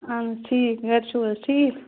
اہن حظ ٹھیٖک گَرِ چھُو حظ ٹھیٖک